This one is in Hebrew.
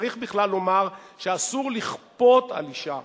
צריך בכלל לומר שאסור לכפות על אשה,